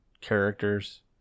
characters